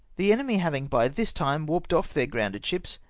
the enemy having by this time warped off their grounded ships,